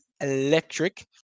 electric